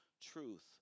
truth